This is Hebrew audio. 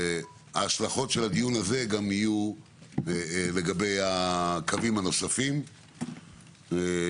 ההשלכות של הדיון הזה גם יהיו לגבי הקווים הנוספים שבדרך,